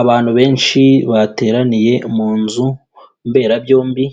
Abantu benshi bateraniye mu nzu mberabyombi